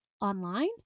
online